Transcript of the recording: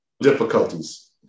Difficulties